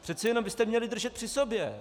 Přece jenom byste měli držet při sobě.